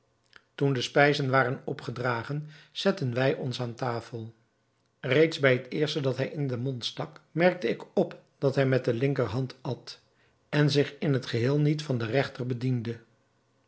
toen de spijzen waren opgedragen zetten wij ons aan tafel reeds bij het eerste dat hij in den mond stak merkte ik op dat hij met de linkerhand at en zich in het geheel niet van de regter bediende